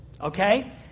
Okay